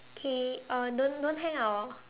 okay uh don't don't hang up orh